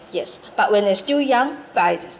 yes but when they're still young by